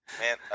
Man